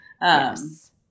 Yes